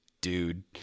dude